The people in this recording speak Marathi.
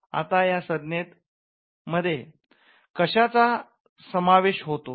आता या संज्ञेत मध्ये कशाचा समावेश होतो